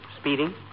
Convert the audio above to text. Speeding